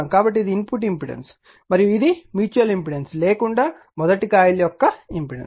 కాబట్టి ఇది input impedance మరియు ఇది మ్యూచువల్ ఇండక్టెన్స్ లేకుండా కాయిల్ 1 యొక్క ఇంపెడెన్స్